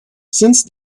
since